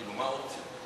כאילו, מה האופציה?